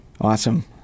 Awesome